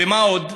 ומה עוד?